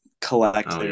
collect